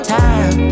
time